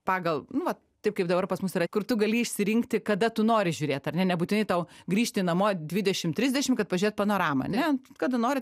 pagal nu va taip kaip dabar pas mus yra kur tu gali išsirinkti kada tu nori žiūrėt ar ne nebūtinai tau grįžti namo dvidešim trisdešim kad pažiūrėt panoramą ne kada nori